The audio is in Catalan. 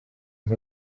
amb